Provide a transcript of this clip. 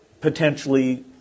potentially